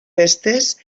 festes